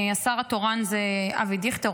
השר התורן זה אבי דיכטר,